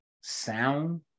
Sound